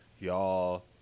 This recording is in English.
y'all